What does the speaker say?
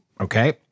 Okay